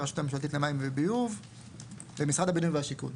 הרשות הממשלתית למים וביוב ומשרד הבינוי והשיכון.